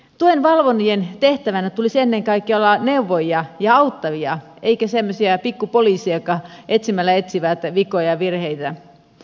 tuen valvojien tehtävänä tulisi ennen kaikkea olla neuvojia ja auttajia eikä semmoisia pikku poliiseja jotka etsimällä etsivät vikoja ja virheitä